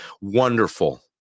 Wonderful